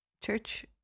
church